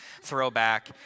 throwback